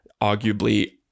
arguably